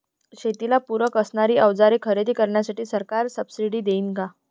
शेतीला पूरक असणारी अवजारे खरेदी करण्यासाठी सरकार सब्सिडी देईन का?